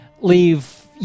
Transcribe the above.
leave